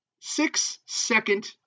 six-second